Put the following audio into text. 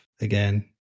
again